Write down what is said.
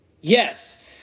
Yes